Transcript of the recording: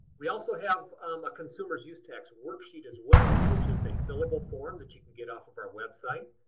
we also have um a consumer's use tax worksheet as well, which is a fillable form that you can get off of our website.